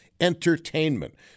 Entertainment